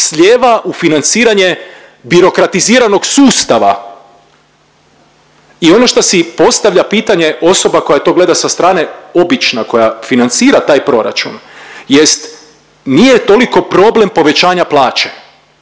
slijeva u financiranje birokratiziranog sustava. I ono što si postavlja pitanje osoba koja to gleda sa strane obična koja financira taj proračun jest nije toliko problem povećanja plaće